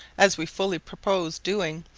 as we fully purposed doing,